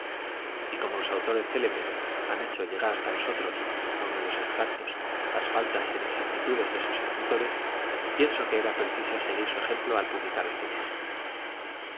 y como los autores célebres han hecho llegar hasta nosotros aun en los extractos las faltas e inexactitudes de sus escritores pienso que era preciso seguir su ejemplo al publicar este viaje